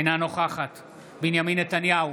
אינה נוכחת בנימין נתניהו,